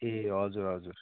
ए हजुर हजुर